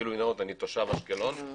גילוי נאות, אני תושב אשקלון.